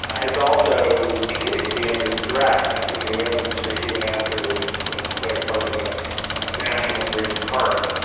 has also continued to be under threat from the oil industry, even after it was declared part of a ah national marine park.